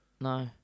No